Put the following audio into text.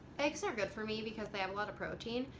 eggs are good for me because they have a lot of protein,